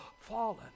fallen